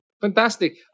Fantastic